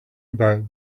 about